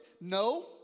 No